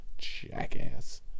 Jackass